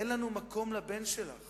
אין לנו מקום לבן שלך